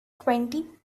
twenty